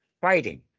fighting